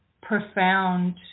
profound